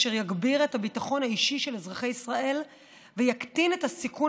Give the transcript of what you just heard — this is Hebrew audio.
אשר יגביר את הביטחון האישי של אזרחי ישראל ויקטין את הסיכון